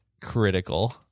critical